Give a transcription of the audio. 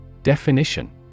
Definition